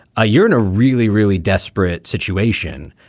ah you're in a really, really desperate situation.